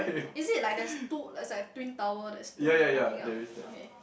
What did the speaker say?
is it like there's two there's like a twin tower there's two poking out okay